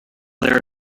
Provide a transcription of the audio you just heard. there